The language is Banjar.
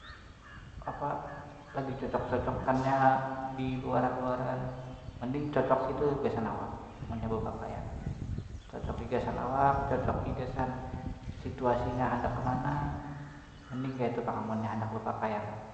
Apa lagi cocok cocokannya di luaran luaran mending cocoki tuh gasan awak mun handak bepakaian cocoki gasan awak cocoki gasan situasinya handak ke mana mending kaitu pang amunnya handak bepakaian.